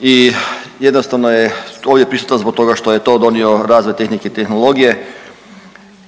i jednostavno je ovdje prisutno zbog toga što je to donio razvoj tehnike i tehnologije